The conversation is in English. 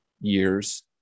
years